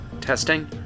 testing